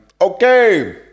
Okay